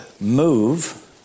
move